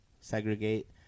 segregate